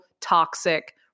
toxic